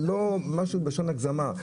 זה לא משהו בלשון הגזמה.